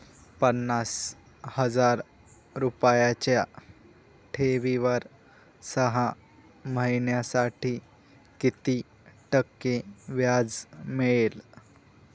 पन्नास हजार रुपयांच्या ठेवीवर सहा महिन्यांसाठी किती टक्के व्याज मिळेल?